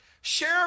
Share